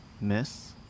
miss